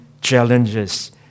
challenges